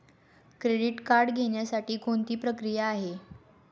Credit card घेण्यासाठी कोणती प्रक्रिया आहे?